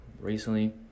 Recently